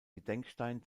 gedenkstein